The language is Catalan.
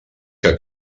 que